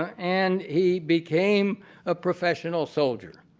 and he became a professional soldier.